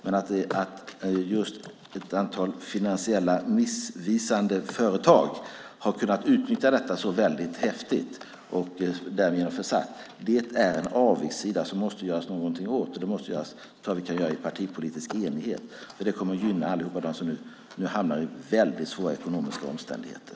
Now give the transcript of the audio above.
Men att just ett antal finansiellt missvisande företag har kunnat utnyttja detta så mycket är en avigsida som man måste göra någonting åt. Det tror jag att vi kan göra i partipolitisk enighet, för det kommer att gynna alla dem som nu hamnar i väldigt svåra ekonomiska omständigheter.